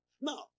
Now